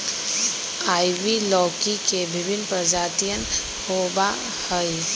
ivy लौकी के विभिन्न प्रजातियन होबा हई